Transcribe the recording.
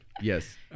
Yes